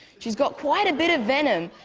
she's got quite a bit of venom.